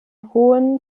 hohen